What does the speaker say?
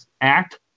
act